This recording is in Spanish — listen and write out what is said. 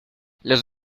los